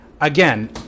again